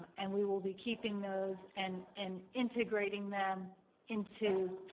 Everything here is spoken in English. and we will be keeping those and and integrating them into,